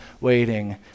waiting